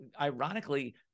ironically